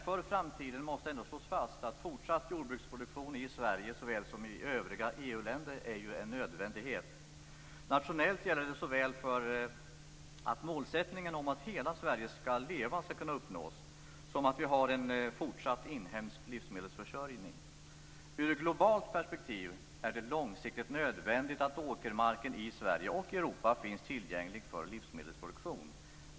För framtiden måste det dock slås fast att fortsatt jordbruksproduktion i Sverige såväl som i övriga EU länder är en nödvändighet. Nationellt gäller det såväl för att målsättningen "Hela Sverige skall leva" skall kunna uppnås som för en fortsatt inhemsk livsmedelsförsörjning. I globalt perspektiv är det långsiktigt nödvändigt att åkermarken i Sverige och Europa finns tillgänglig för livsmedelsproduktion.